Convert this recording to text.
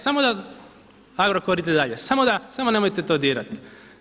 Samo da Agrokor ide dalje, samo da, samo nemojte to dirati.